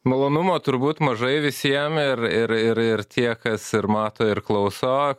malonumo turbūt mažai visiem ir ir ir ir tie kas ir mato ir klauso